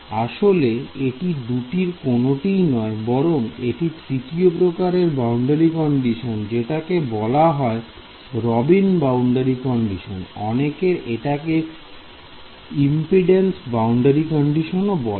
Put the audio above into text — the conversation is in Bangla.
আসলে এটি দুটির কোনোটিই নয় বরং একটি তৃতীয় প্রকারের বাউন্ডারি কন্ডিশন যেটাকে বলা হয় Robin boundary condition Robin's boundary condition অনেকের এটাকে ইম্পিডেন্স বাউন্ডারি কন্ডিশন ও বলে